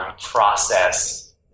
process